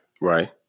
Right